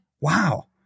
wow